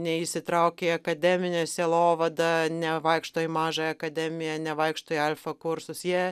neįsitraukia į akademinę sielovadą nevaikšto į mažą akademiją nevaikšto į alfa kursus jie